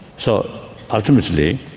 so ultimately,